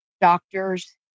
doctors